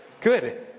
Good